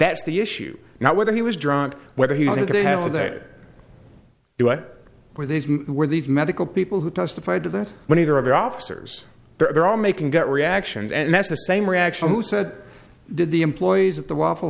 that's the issue now whether he was drunk whether he could have said that were these were the medical people who testified that when either of the officers they're all making gut reactions and that's the same reaction who said did the employees at the waffle